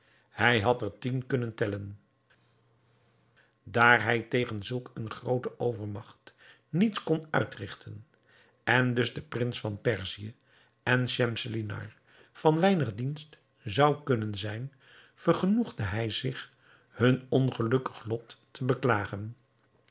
hij had er tien kunnen tellen daar hij tegen zulk eene groote overmagt niets kon uitrigten en dus den prins van perzië en schemselnihar van weinig dienst zou kunnen zijn vergenoegde hij zich hun ongelukkig lot te beklagen